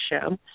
show